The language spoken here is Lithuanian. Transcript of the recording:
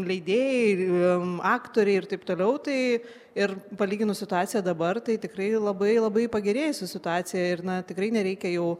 leidėjai ir aktoriai ir taip toliau tai ir palyginus situaciją dabar tai tikrai labai labai pagerėjusi situacija ir na tikrai nereikia jau